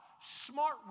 smart